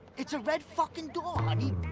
it's a red fuckin' door. um i mean